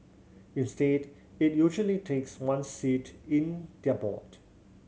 instead it usually takes one seat in their board